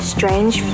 Strange